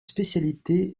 spécialité